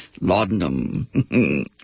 laudanum